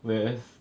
whereas